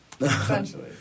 Essentially